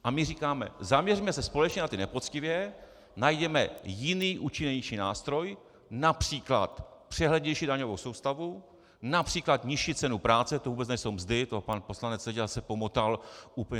A my říkáme: zaměřme se společně na ty nepoctivé, najděme jiný účinnější nástroj, například přehlednější daňovou soustavu, například nižší cenu práce to vůbec nejsou mzdy, to pan poslanec Seďa zase pomotal úplně.